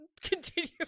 continue